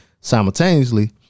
simultaneously